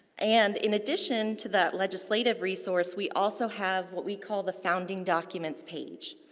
and, in addition to that legislative resource, we also have what we call the founding documents page.